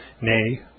nay